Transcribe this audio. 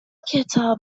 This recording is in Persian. کتاب